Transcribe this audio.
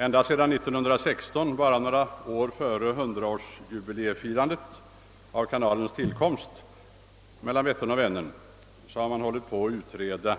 Ända sedan 1916 — bara några år före firandet av 100-årsjubileet av tillkomsten av kanalen mellan Vättern och Vänern — har man hållit på att utreda